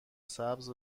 سبز